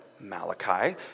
Malachi